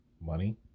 money